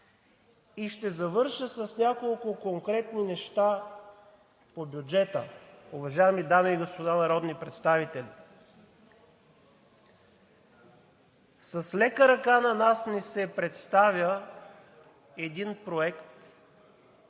И ще завърша с няколко конкретни неща по бюджета. Уважаеми дами и господа народни представители, с лека ръка на нас ни се представя един проект